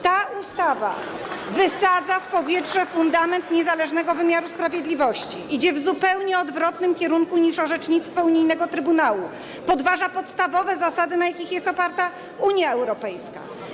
Ta ustawa wysadza w powietrze Oklaski) fundament niezależnego wymiaru sprawiedliwości, idzie w zupełnie odwrotnym kierunku niż orzecznictwo unijnego Trybunału, podważa podstawowe zasady, na jakich jest oparta Unia Europejska.